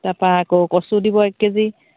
তাৰপৰা আকৌ কচু দিব এক কেজি